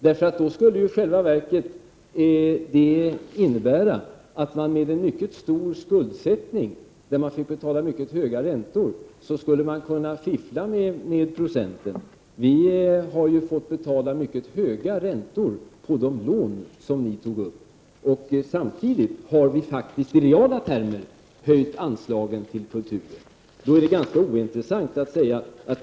Annars skulle man vid en mycket stor skuldsättning, där man fick betala mycket höga räntor, kunna fiffla med procentandelen. Vi har fått betala mycket höga räntor för de lån som ni tog upp. Samtidigt har vi faktiskt i reala termer höjt anslagen till kulturen.